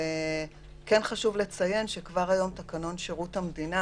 כן חשוב לציין שכבר היום תקנון שירות המדינה,